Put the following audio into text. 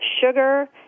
sugar